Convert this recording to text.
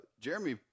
Jeremy